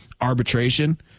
arbitration